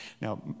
Now